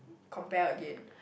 compare again